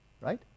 right